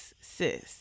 sis